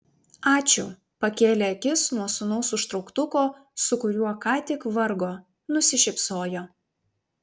ačiū pakėlė akis nuo sūnaus užtrauktuko su kuriuo ką tik vargo nusišypsojo